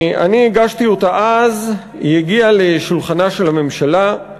אני הגשתי אותה אז, היא הגיעה לשולחנה של הממשלה,